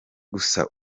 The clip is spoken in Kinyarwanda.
gusa